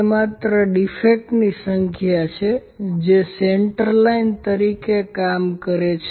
તે માત્ર ડીફેક્ટ ની સંખ્યા છે જે સેન્ટર લાઈન તરીકે કામ કરે છે